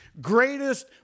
greatest